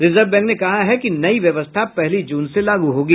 reserve Bank ने कहा है कि नई व्यवस्था पहली जून से लागू होगी